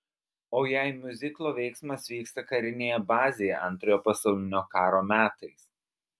o jei miuziklo veiksmas vyksta karinėje bazėje antrojo pasaulinio karo metais